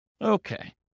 Okay